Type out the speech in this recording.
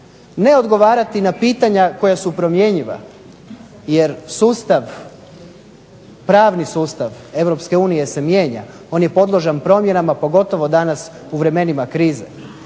ne odgovarati na pitanja koja su promjenjiva, jer sustav pravni sustav Europske unije se mijenja, on je podložan promjenama pogotovo danas u vremenima krize.